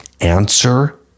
Answer